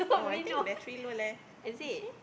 oh I think battery low leh